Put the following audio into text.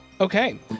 Okay